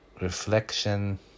reflection